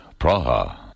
Praha